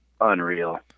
Unreal